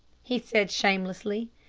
he said shamelessly,